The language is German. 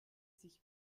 sich